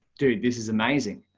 dude, this is mazing.